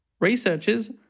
Researchers